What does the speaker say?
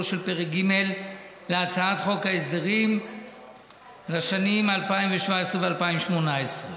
של פרק ג' להצעת חוק ההסדרים לשנים 2017 ו-2018.